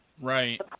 Right